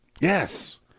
Yes